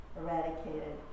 eradicated